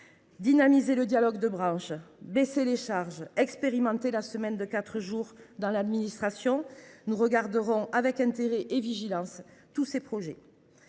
dynamiser le dialogue de branche, baisser les charges, expérimenter la semaine de quatre jours dans l’administration. Nous regarderons avec intérêt et vigilance tous ces projets.